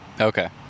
Okay